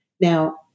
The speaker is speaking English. Now